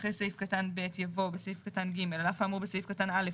אחרי סעיף קטן (ב) יבוא: על אף האמור בסעיף קטן (א),